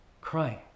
crying